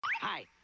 Hi